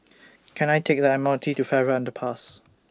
Can I Take The M R T to Farrer Underpass